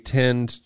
tend